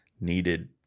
needed